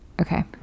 Okay